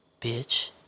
Bitch